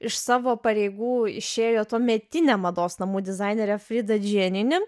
iš savo pareigų išėjo tuometinė mados namų dizainerė frida džienini